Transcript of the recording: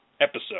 episode